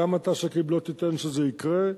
וגם אתה, שכיב, לא תיתן שזה יקרה.